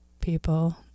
people